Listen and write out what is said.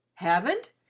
haven't?